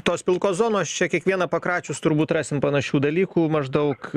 tos pilkos zonos čia kiekvieną pakračius turbūt rasim panašių dalykų maždaug